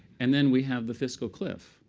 and then we have the fiscal cliff,